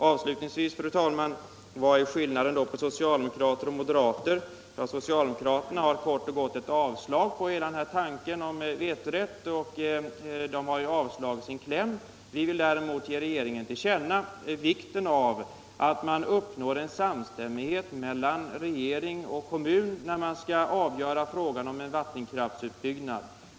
Avslutningsvis, fru talman: Vad är skillnaden i det här ärendet mellan socialdemokrater och moderater? Socialdemokraternas kläm innebär kort och gott ett avslag på hela tanken om vetorätt. Vi vill däremot att riks dagen skall ge regeringen till känna vikten av att uppnå samstämmighet mellan regering och kommun när man skall avgöra frågan om en vattenkraftsutbyggnad.